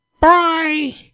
Bye